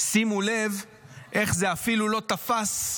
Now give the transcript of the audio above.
שימו לב איך זה אפילו לא תפס,